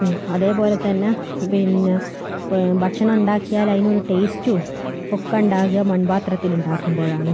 അതേപോലെ തന്നെ പിന്നെ ഇപ്പം ഭക്ഷണം ഉണ്ടാക്കിയാൽ അതിനൊരു ടേസ്റ്റും ഒക്കെ ഉണ്ടാകുക മൺപാത്രത്തിലുണ്ടാക്കുമ്പോഴാണ്